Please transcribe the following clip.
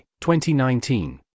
2019